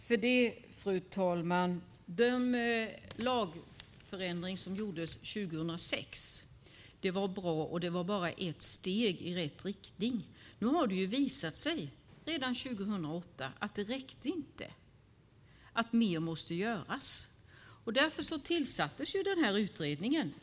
Fru talman! Den lagändring som gjordes 2006 var bra, men det var bara ett steg i rätt riktning. Redan 2008 visade det sig att det inte räckte och att mer måste göras. Därför tillsattes utredningen.